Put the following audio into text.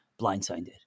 blindsided